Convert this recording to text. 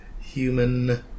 Human